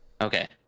okay